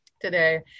today